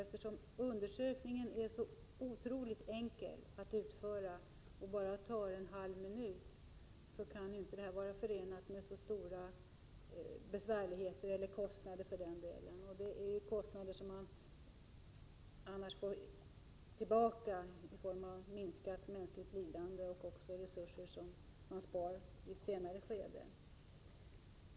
Eftersom undersökningen är så otroligt enkel att utföra och bara tar en halv minut, så kan ju inte det här vara förenat med några särskilda besvärligheter eller kostnader. Och de kostnader som kan uppstå är någonting som man får tillbaka på grund av minskat mänskligt lidande och genom att resurser spars i ett senare skede.